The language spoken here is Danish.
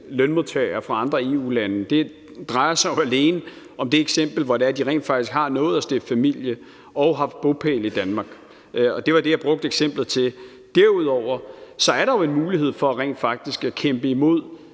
lønmodtagere fra andre EU-lande drejer sig jo alene om de tilfælde, hvor de rent faktisk har nået at stifte familie og har bopæl i Danmark. Det var det, jeg brugte eksemplet til. Derudover er der jo en mulighed for rent faktisk at kæmpe imod